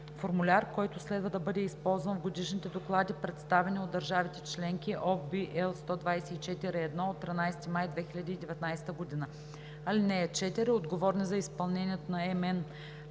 формуляр, който следва да бъде използван в годишните доклади, представяни от държавите членки (OB, L 124/1 от 13 май 2019 г.). (4) Отговорни за изпълнението на МНПК